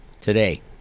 Today